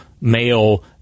male